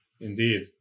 Indeed